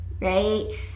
Right